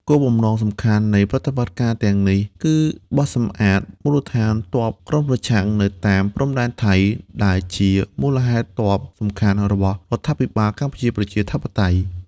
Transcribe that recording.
គោលបំណងសំខាន់នៃប្រតិបត្តិការទាំងនេះគឺបោសសម្អាតមូលដ្ឋានទ័ពក្រុមប្រឆាំងនៅតាមព្រំដែនថៃ ដែលជាមូលដ្ឋានទ័ពសំខាន់របស់រដ្ឋាភិបាលកម្ពុជាប្រជាធិបតេយ្យ ។